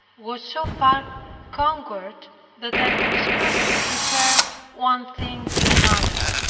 was so far conquered that i could scarcely prefer one thing to another.